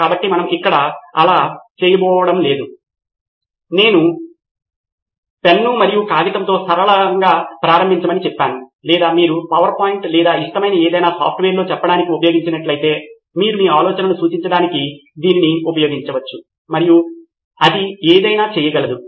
కాబట్టి మనము ఇక్కడ అలా చేయబోవడం లేదు కాని నేను పెన్ను మరియు కాగితంతో సరళంగా ప్రారంభించమని చెప్తాను లేదా మీరు పవర్ పాయింట్ లేదా మీకు ఇష్టమైన ఏదైనా సాఫ్ట్వేర్లో చెప్పడానికి ఉపయోగించినట్లయితే మీరు మీ ఆలోచనను సూచించడానికి దీనిని ఉపయోగించవచ్చు మరియు అది ఏదైనా చేయగలదు